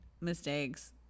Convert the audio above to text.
mistakes